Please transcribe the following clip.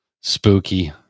Spooky